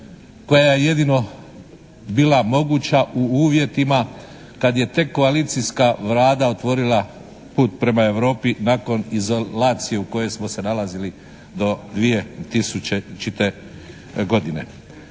koja je jedino bila moguća u uvjetima kad je tek koalicijska Vlada otvorila put prema Europi nakon izolacije u kojoj smo se nalazili do 2000. godine.